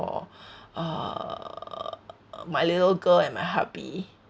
for err my little girl and my hubby